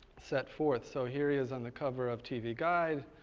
set forth. so here he is on the cover of tv guide,